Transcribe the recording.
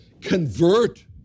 convert